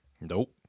Nope